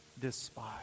despise